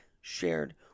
shared